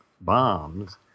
bombs